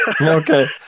Okay